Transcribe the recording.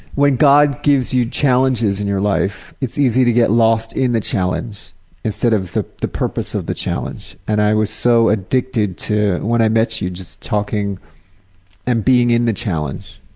when god gives you challenges in your life, it's easy to get lost in the challenge instead of the the purpose of the challenge. and i was so addicted to, when i met you, to just talking and being in the challenge.